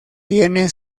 tiene